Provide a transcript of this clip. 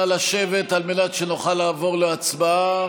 נא לשבת על מנת שנוכל לעבור להצבעה.